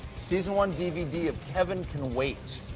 season one dvd of kevin can wait.